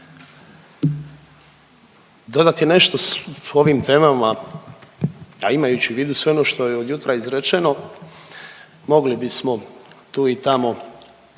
dodati nešto ovim temama, a imajući u vidu sve ono što je od jutra izrečeno, mogli bismo tu i tamo